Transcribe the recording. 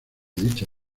dicha